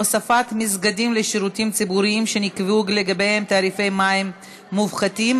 הוספת מסגדים לשירותים ציבוריים שנקבעו לגביהם תעריפי מים מופחתים),